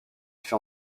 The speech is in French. fait